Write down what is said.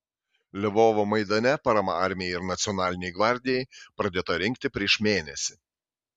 lvovo maidane parama armijai ir nacionalinei gvardijai pradėta rinkti prieš mėnesį